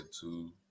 two